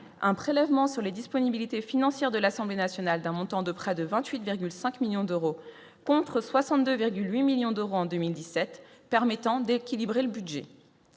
un prélèvement sur les disponibilités financières de l'Assemblée nationale, d'un montant de près de 28 virgule 5 millions d'euros, contre 62,8 millions d'euros en 2017 permettant d'équilibrer le budget,